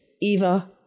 Eva